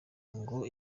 ngo